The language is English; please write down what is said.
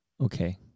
Okay